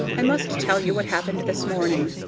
i must tell you what happened this morning.